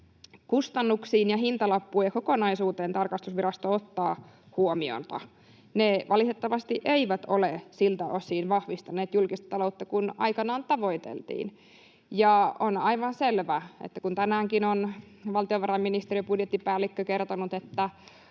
kustannuksiin ja hintalappujen kokonaisuuteen tarkastusvirasto ottaa huomiota. Ne valitettavasti eivät ole vahvistaneet julkista taloutta siltä osin kuin aikanaan tavoiteltiin. On aivan selvä, että kun tänäänkin on valtiovarainministeriön budjettipäällikkö kertonut,